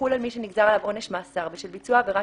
יחול על מי שנגזר עליו עונש מאסר בשל ביצוע עבירה